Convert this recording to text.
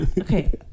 okay